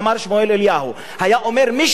היה אומר מישהו על יהודים באירופה,